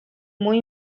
muy